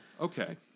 Okay